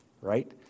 right